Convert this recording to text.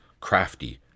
crafty